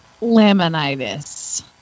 laminitis